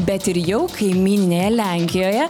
bet ir jau kaimyninėje lenkijoje